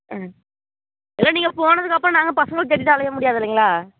ம் நீங்கள் போனதுக்கப்புறம் நாங்கள் பசங்களை தேடிகிட்டு அலைய முடியாது இல்லைங்களா